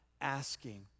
asking